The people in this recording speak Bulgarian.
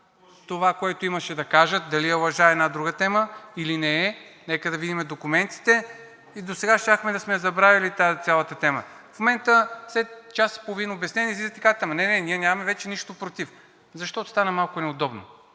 това, което имаше да кажат, дали е лъжа, или не е, е една друга тема, нека да видим документите и досега щяхме да сме я забравили тази цялата тема. В момента след час и половина обяснение излизате и казвате: „Ама не, не, ние нямаме вече нищо против“, защото стана малко неудобно.